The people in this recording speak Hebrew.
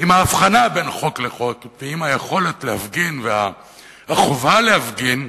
עם ההבחנה בין חוק לחוק ועם היכולת להפגין והחובה להפגין,